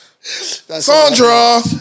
Sandra